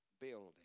building